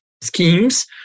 schemes